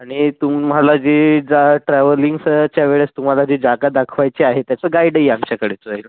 आणि तुम्हाला जे जा ट्रॅव्हलिंगस च्या वेळेस तुम्हाला जी जागा दाखवायची आहे त्याचं गाइडही आमच्याकडेच राहील